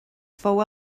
fou